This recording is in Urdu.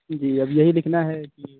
جی اب یہی لِکھنا ہے کہ